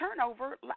turnover